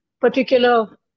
particular